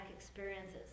experiences